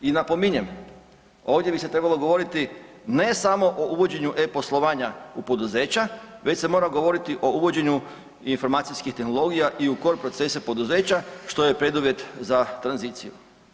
I napominjem, ovdje bi se trebalo govoriti ne samo o uvođenju e-poslovanja u poduzeća, već se mora govoriti o uvođenju informacijskih tehnologija i u COR procese poduzeća što je preduvjet za tranziciju.